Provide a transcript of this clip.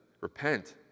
Repent